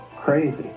crazy